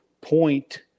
point